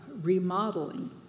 remodeling